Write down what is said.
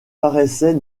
paraissait